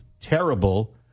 terrible